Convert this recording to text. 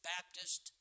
Baptist